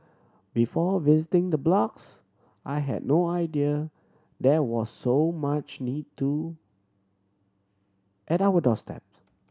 before visiting the blocks I had no idea there was so much need to at our doorstep